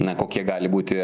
na kokie gali būti